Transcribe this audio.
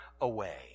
away